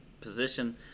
position